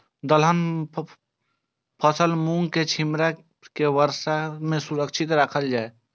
दलहन फसल मूँग के छिमरा के वर्षा में सुरक्षित राखल जाय?